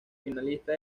finalista